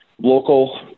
local